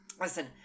Listen